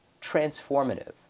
transformative